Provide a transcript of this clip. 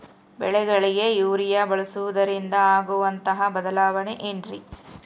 ಬೆಳೆಗಳಿಗೆ ಯೂರಿಯಾ ಬಳಸುವುದರಿಂದ ಆಗುವಂತಹ ಬದಲಾವಣೆ ಏನ್ರಿ?